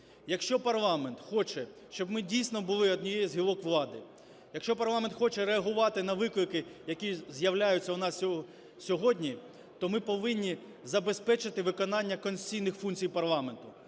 Якщо парламент хоче, щоб ми дійсно були однією з гілок влади, якщо парламент хоче реагувати на виклики, які з'являються у нас сьогодні, то ми повинні забезпечити виконання конституційних функцій парламенту.